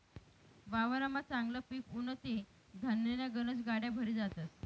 वावरमा चांगलं पिक उनं ते धान्यन्या गनज गाड्या भरी जातस